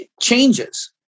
changes